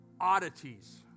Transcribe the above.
oddities